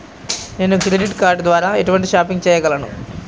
నేను credit card ద్వార ఎటువంటి షాపింగ్ చెయ్యగలను?